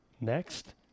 next